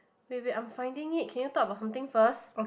wait wait I'm finding it can you talk about something first